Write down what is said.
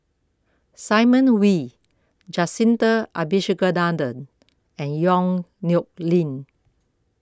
Simon Wee Jacintha Abisheganaden and Yong Nyuk Lin